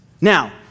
Now